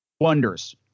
wonders